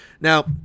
Now